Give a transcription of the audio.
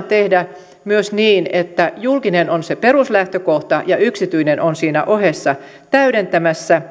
tehdä myös niin että julkinen on se peruslähtökohta ja yksityinen on siinä ohessa täydentämässä